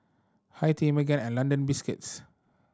Hi Tea Megan and London Biscuits